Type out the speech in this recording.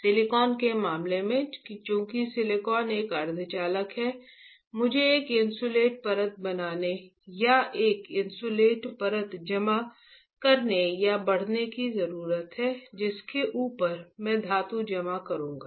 silicon के मामले में चूंकि सिलिकॉन एक अर्धचालक है मुझे एक इन्सुलेट परत बनाने या एक इन्सुलेट परत जमा करने या बढ़ने की जरूरत है जिसके ऊपर मैं धातु जमा करूंगा